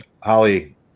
Holly